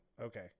okay